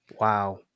Wow